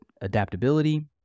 adaptability